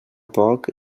poc